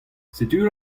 setu